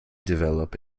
develop